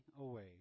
away